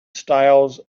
styles